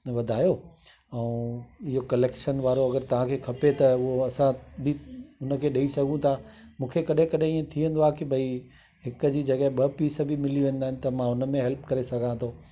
वधायो ऐं इयो कलेक्शन वारो अगरि तव्हांखे खपे त उहो असां उनखे ॾेई सघूं था मूंखे कॾहिं कॾहिं इहे थी वेंदो आहे की भई हिकु जी जॻह ॿ पीस बि मिली वेंदा आहिनि त मां उनमें हेल्प करे सघां थो